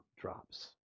drops